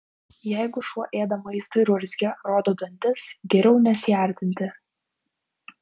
jei šuo ėda maistą ir urzgia rodo dantis geriau nesiartinti